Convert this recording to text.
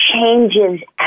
changes